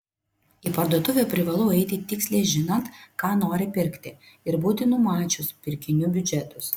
į parduotuvę privalu eiti tiksliai žinant ką nori pirkti ir būti numačius pirkinių biudžetus